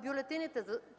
бюлетините.